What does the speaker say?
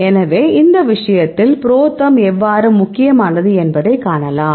எனவே இந்த விஷயத்தில் ProTherm எவ்வாறு முக்கியமானது என்பதை காணலாம்